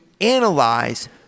analyze